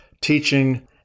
teaching